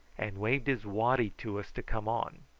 and waved his waddy to us to come on.